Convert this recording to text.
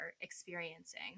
experiencing